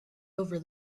over